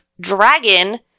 dragon